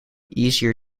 easier